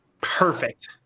Perfect